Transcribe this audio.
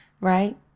right